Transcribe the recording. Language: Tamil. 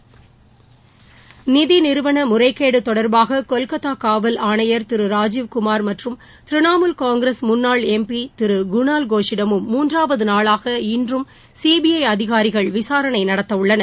சிபிற்றவிசாரணை நிதிநிறுவனமுறைகேடுதொடர்பாககொல்கத்தாகாவல் ஆணையர் திருராஜிவ்குமார் மற்றும் திரிணாமுல் காங்கிரஸ் முன்னாள் எம் பி திருகுணால் கோஷிடமும் மூன்றாவதுநாளாக இன்றும் சிபிஐஅதிகாரிகள் விசாரணைநடத்தவுள்ளனர்